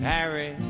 Harry